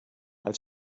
als